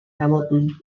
hamilton